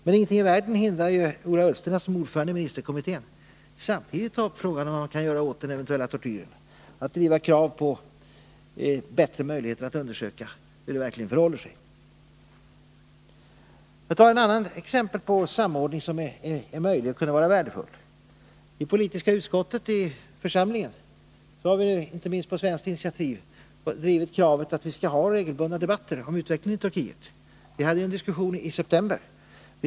Men ingenting i världen hindrar ju Ola Ullsten att som ordförande i ministerkommittén samtidigt ta upp frågan vad man kan göra åt den eventuella tortyren, att driva krav på bättre möjligheter att undersöka hur det verkligen förhåller sig. Får jag ta ett annat exempel på samordning som är möjlig och kunde vara värdefull. I politiska utskottet i församlingen har vi, inte minst på svenskt initiativ, drivit kravet på regelbundna debatter om utvecklingen i Turkiet. Vi hade en diskussion i september.